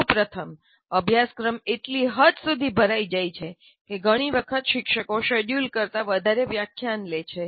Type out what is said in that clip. સૌ પ્રથમ અભ્યાસક્રમ એટલી હદ સુધી ભરાઈ જાય છે કે ઘણી વખત શિક્ષકો શેડ્યૂલ કરતા ઘણા વધારે વ્યાખ્યાન લે છે